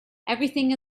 everything